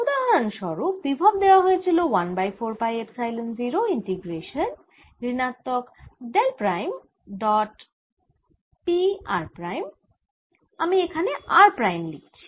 উদাহরণ স্বরূপ বিভব দেওয়া ছিল 1 বাই 4 পাই এপসাইলন 0 ইন্টিগ্রেশান ঋণাত্মক del prime dot P r prime আমি r প্রাইম লিখছি